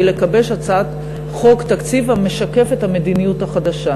לגבש הצעת חוק תקציב המשקפת את המדיניות החדשה.